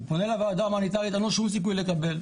אם הוא פונה לוועדה ההומניטארית אין לו שום סיכוי לקבל,